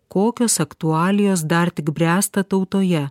kokios aktualijos dar tik bręsta tautoje